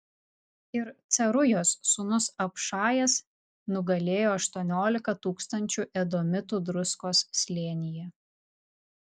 ir cerujos sūnus abšajas nugalėjo aštuoniolika tūkstančių edomitų druskos slėnyje